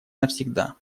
навсегда